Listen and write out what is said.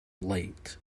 late